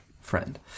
friend